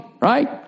Right